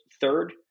Third